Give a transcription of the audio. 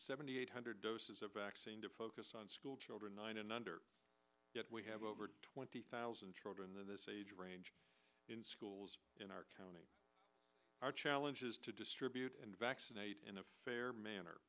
eight hundred doses of vaccine to focus on school children nine and under that we have over twenty thousand children this age range in schools in our county our challenge is to distribute and vaccinate in a fair manner